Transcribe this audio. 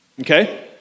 Okay